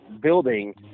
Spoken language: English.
building